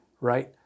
Right